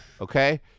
Okay